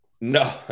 No